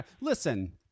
Listen